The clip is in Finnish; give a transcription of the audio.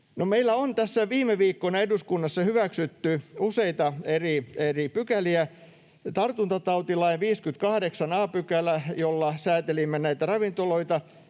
meillä on tässä viime viikkoina eduskunnassa hyväksytty useita eri pykäliä. Tartuntatautilain 58 a §, jolla säätelimme näitä ravintoloita,